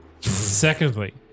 Secondly